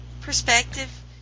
perspective